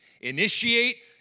initiate